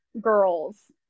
girls